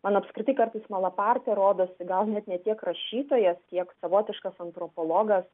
man apskritai kartais malaparti rodosi gal ne tiek rašytojas kiek savotiškas antropologas